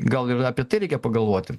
gal ir apie tai reikia pagalvoti